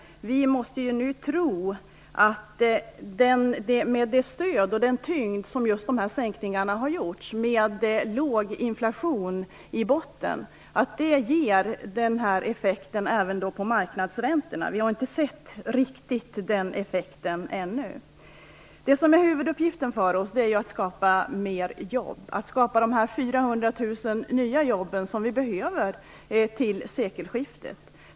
Vi måste tro att det stöd och den tyngd som dessa sänkningar innebär och att en låg inflation i botten skall ge samma effekt på marknadsräntorna. Riktigt den effekten har inte märkts ännu. Huvuduppgiften är att skapa fler jobb - att skapa de 400 000 nya jobb som behövs till sekelskiftet.